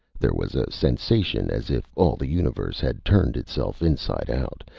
there was a sensation as if all the universe had turned itself inside out,